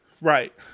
Right